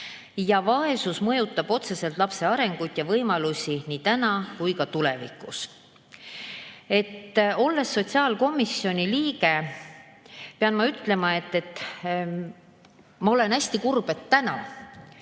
Vaesus mõjutab otseselt lapse arengut ja võimalusi nii täna kui ka tulevikus. Olles sotsiaalkomisjoni liige, pean ma ütlema, et ma olen hästi kurb, et täna